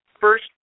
first